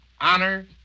honor